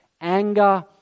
anger